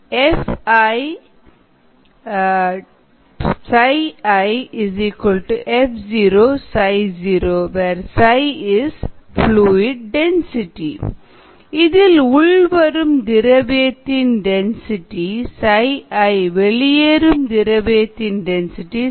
𝐹𝑖 𝜌𝑖 𝐹0 𝜌0 𝜌 is fluid density இதில் உள்வரும் திரவியத்தின் டென்சிட்டி 𝜌𝑖 வெளியேறும் திரவியத்தின் டென்சிட்டி 𝜌0